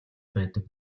байдаг